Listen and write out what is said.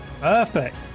Perfect